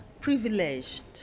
privileged